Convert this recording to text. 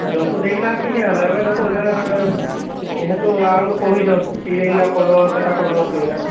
ଜଣଙ୍କୁ ଦେଇ କିନା କିଛି ନ ହେଲା ଏବେ ଦେଖୁ ଜଣେ ଯେହେତୁ ଆହୁରି କହି ଦିଅନ୍ତୁ ସିଏ ଯେମିତି କରିଦେବ ସେମିତି କରିଦେବ ବୋଲି କିନା